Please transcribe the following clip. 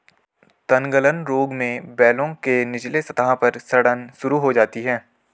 तनगलन रोग में बेलों के निचले सतह पर सड़न शुरू हो जाती है